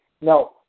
no